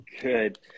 good